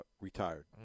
retired